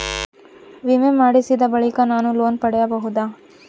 ವಿಮೆ ಮಾಡಿಸಿದ ಬಳಿಕ ನಾನು ಲೋನ್ ಪಡೆಯಬಹುದಾ?